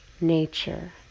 nature